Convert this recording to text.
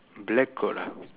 black colour